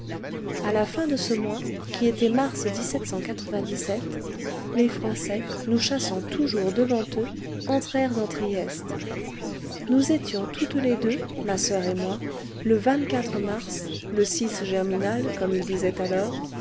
a la fin de ce mois qui était mars les français nous chassant toujours devant eux entrèrent dans trieste nous étions toutes les deux ma soeur et moi le mars le germinal comme ils disaient alors